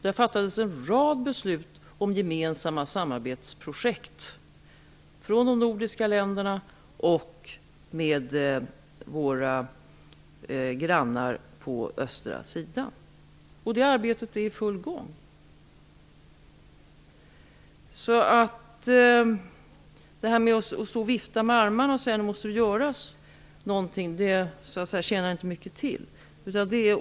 Där fattades en rad beslut om gemensamma samarbetsprojekt mellan de nordiska länderna och våra grannar på den östra sidan. Det arbetet är i full gång. Det tjänar inte mycket till att stå och vifta med armarna och säga att det måste göras någonting.